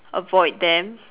avoid them